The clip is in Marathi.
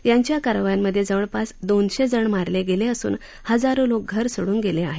यांच्या कारवायांमधे जवळपास दोनशे जण मारले गेले असून हजारो लोक घर सोडून गेले आहेत